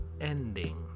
ending